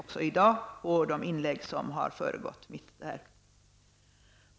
Detta har ju också märkts av de inlägg som hållits före mitt.